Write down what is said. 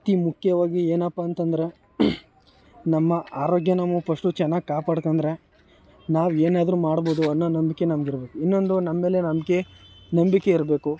ಅತಿ ಮುಖ್ಯವಾಗಿ ಏನಪ್ಪ ಅಂತ ಅಂದ್ರೆ ನಮ್ಮ ಆರೋಗ್ಯ ನಾವು ಫಸ್ಟು ಚೆನ್ನಾಗಿ ಕಾಪಾಡ್ತಂದ್ರೆ ನಾವು ಏನಾದರು ಮಾಡ್ಬೋದು ಅನ್ನೋ ನಂಬಿಕೆ ನಮ್ಗೆ ಇರಬೇಕು ಇನ್ನೊಂದು ನಮ್ಮ ಮೇಲೆ ನಂಬಿಕೆ ನಂಬಿಕೆ ಇರಬೇಕು